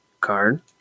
card